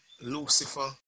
Lucifer